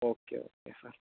okay okay sir